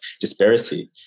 disparity